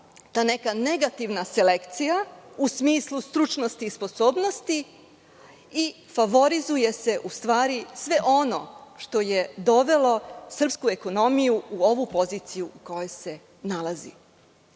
ta neka negativna selekcija, u smislu stručnosti i sposobnosti i favorizuje se sve ono što je dovelo srpsku ekonomiju u ovu poziciju u kojoj se nalazi.I